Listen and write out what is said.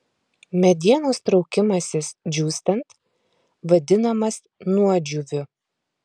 medienos traukimasis džiūstant vadinamas nuodžiūviu